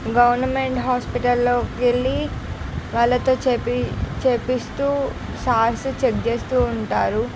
government హాస్పిటల్లో వెళ్లి వాళ్లతో చెప్పి చెప్పిస్తు సార్సు చెక్ చేస్తు ఉంటారు